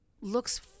looks